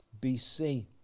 BC